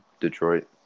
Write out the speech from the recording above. Detroit